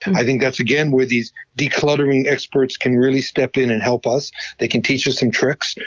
and i think that's again where these decluttering experts can really step in and help us they can teach us some tricks,